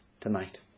tonight